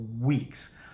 weeks